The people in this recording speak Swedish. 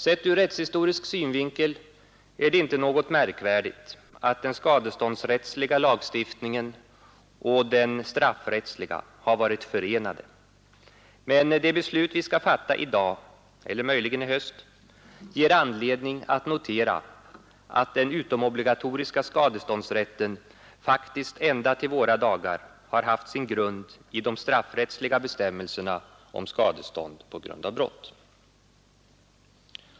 Sett ur rättshistorisk synvinkel är det inte något märkvärdigt att den skadeståndsrättsliga lagstiftningen och den straffrättsliga har varit förenade, men det beslut vi skall fatta i dag — eller möjligen i höst — ger anledning att notera att den utomobligatoriska skadeståndsrätten faktiskt ända till våra dagar har haft sin grund i de straffrättsliga bestämmelserna om skadestånd i anledning av brott.